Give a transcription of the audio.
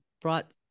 brought